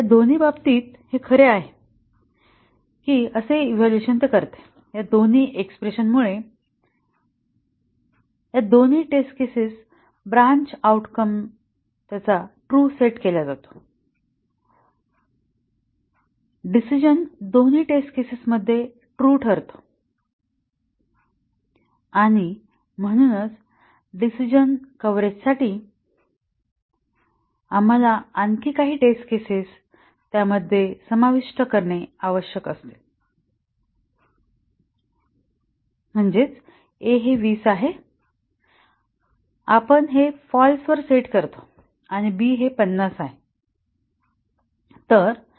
या दोन्ही बाबतीत हे खरे आहे असे इव्हॅल्युएशन करते या दोन्ही एक्स्प्रेशन मुळे या दोन्ही test cases branch outcome true set केला जातो डिसिजणं दोन्ही टेस्ट केसेस मध्ये ट्रू ठरतो आणि म्हणूनच डिसिजणं कव्हरेज साठी आम्हाला आणखी टेस्ट केसेस समाविष्ट करणे आवश्यक आहे म्हणजे a हे 20 आहे आपण हे फाँल्स वर सेट करतो आणि b हे 50 आहे